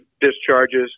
discharges